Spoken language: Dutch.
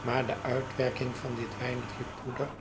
maar de uitwerking van dit weinigje poeier